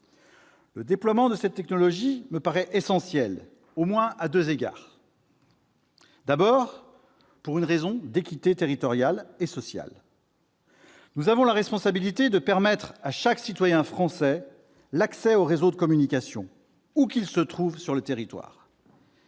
Le déploiement de cette technologie me paraît essentiel à au moins deux égards. D'abord, pour une raison d'équité territoriale et sociale : nous avons la responsabilité de permettre à chaque citoyen français l'accès aux réseaux de communications, où qu'il se trouve sur le territoire.